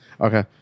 Okay